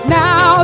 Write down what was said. now